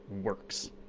works